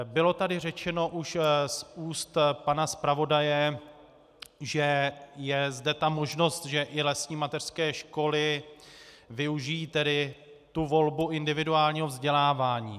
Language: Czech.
Bylo tady řečeno už z úst pana zpravodaje, že je zde možnost, že i lesní mateřské školy využijí volbu individuálního vzdělávání.